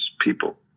people